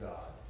God